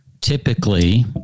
typically